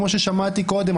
כמו ששמעתי קודם,